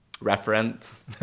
reference